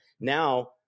now